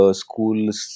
schools